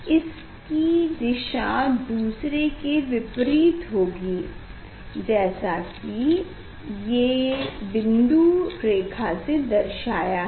इसकी दिशा दूसरे के विपरीत होगी जैसा कि ये बिंदु रेखा से दर्शाया है